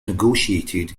negotiated